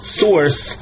source